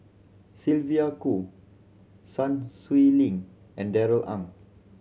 Sylvia Kho Sun Xueling and Darrell Ang